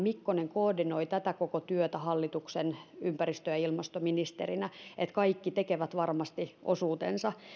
mikkonen koordinoi tätä koko työtä hallituksen ympäristö ja ilmastoministerinä siten että kaikki tekevät varmasti osuutensa